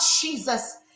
Jesus